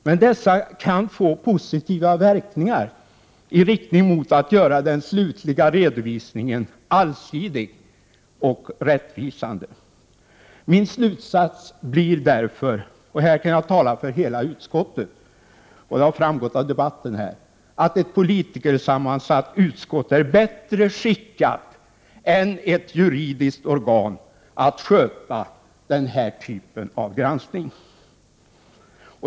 Men dessa kan få positiva verkningar, i riktning mot att den slutliga redovisningen görs allsidig och rättvisande. Min slutsats blir därför — och här kan jag tala för hela utskottet, det har framgått av debatten — att ett politikersammansatt utskott är bättre skickat än ett juridiskt organ att sköta den här typen av granskning.